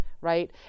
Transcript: right